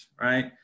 right